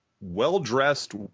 well-dressed